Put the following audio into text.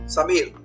Samir